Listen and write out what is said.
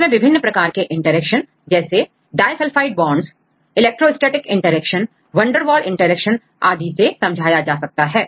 इससे विभिन्न प्रकार के इंटरेक्शंस जैसे disulphide bonds electrostatic interactions van der Waals interactions आदि से समझाया जा सकता है